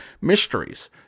mysteries